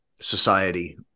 society